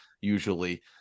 usually